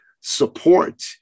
support